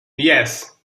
yes